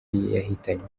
yahitanye